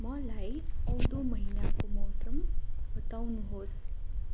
मलाई आउँदो महिनाको मौसम बताउनुहोस्